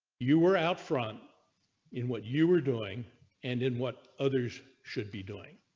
you were out front in what you were doing and in what others should be doing.